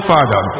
Father